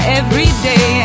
everyday